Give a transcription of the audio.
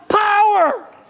Power